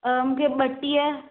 अ मूंखे ॿटीह